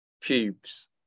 pubes